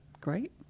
Great